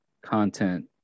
content